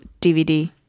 dvd